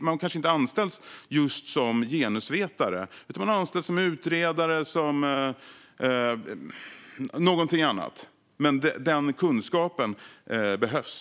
Man kanske inte anställs just som genusvetare utan som utredare eller något annat. Men den kunskapen behövs.